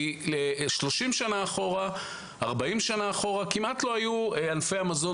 לפני 30 40 כמעט ולא היו ענפי המזון